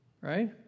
Right